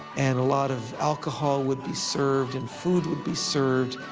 and a lot of alcohol would be served, and food would be served,